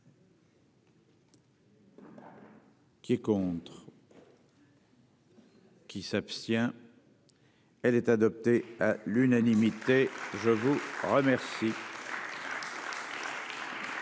Qui est contre. Qui s'abstient. Elle est adoptée à l'unanimité. Écoutez je vous remercie.